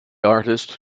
artist